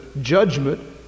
judgment